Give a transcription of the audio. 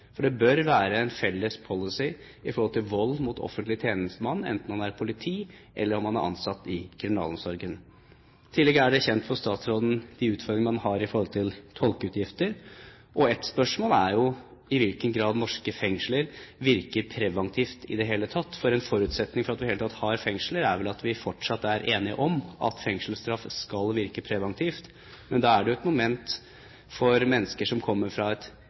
Det bør være en felles policy når det gjelder vold mot offentlige tjenestemenn, enten han er politi eller er ansatt i kriminalomsorgen. I tillegg er det kjent for statsråden de utfordringene man har i forhold til tolkeutgifter. Et spørsmål er jo i hvilken grad norske fengsler virker preventivt i det hele tatt. En forutsetning for at man i det hele tatt har fengsler, er – som vi vel fortsatt er enige om – at fengselsstraff skal virke preventivt, men da er det jo et moment for mennesker som kommer fra et